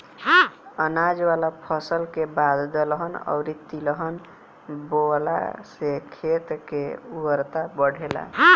अनाज वाला फसल के बाद दलहन अउरी तिलहन बोअला से खेत के उर्वरता बढ़ेला